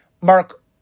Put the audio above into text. Mark